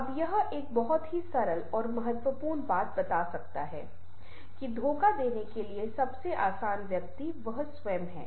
अब यह एक बहुत ही सरल और महत्वपूर्ण बात कह सकता है कि धोखा देने के लिए सबसे आसान व्यक्ति वह स्वयं है